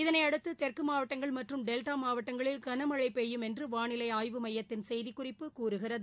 இதனையடுத்து தெற்கு மாவட்டங்கள் மற்றும் டெல்டா மாவட்டங்களில் கனமழை பெய்யும் என்று வானிலை ஆய்வு மையத்தின் செய்திக்குறிப்பு கூறுகிறது